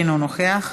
נוכח,